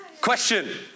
Question